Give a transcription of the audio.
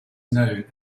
known